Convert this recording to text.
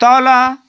तल